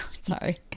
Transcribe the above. sorry